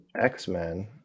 x-men